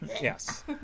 Yes